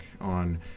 on